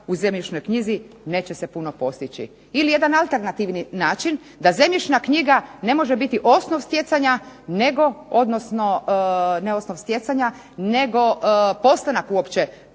u zemljišnoj knjizi neće se puno postići. Ili jedan alternativni način da zemljišna knjiga ne može biti osnov stjecanja nego, odnosno ne osnov stjecanja nego postanak uopće